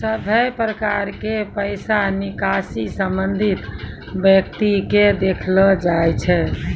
सभे प्रकार के पैसा निकासी संबंधित व्यक्ति के देखैलो जाय छै